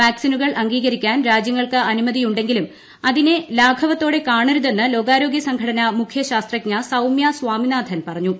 വാക്സിനുകൾ അംഗീകരിക്കാൻ രാജ്യങ്ങൾക്ക് അനുമതിയുണ്ടെങ്കിലും അതിനെ ലാഘവത്തോടെ കാണരുതെന്ന് ലോകാരോഗ്യ സംഘടന മുഖ്യ ശാസ്ത്രജ്ഞ സൌമ്യ സ്വാമിനാഥൻ പറഞ്ഞു